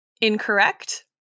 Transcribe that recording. incorrect